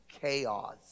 chaos